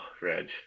Reg